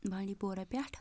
بانٛڈی پورہ پٮ۪ٹھ